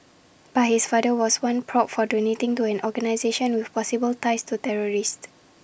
but his father was once probed for donating to an organisation with possible ties to terrorists